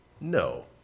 No